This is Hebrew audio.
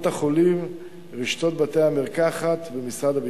קופות-החולים, רשתות בתי-המרקחת ומשרד הביטחון.